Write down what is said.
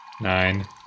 Nine